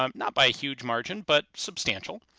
um not by a huge margin, but substantial.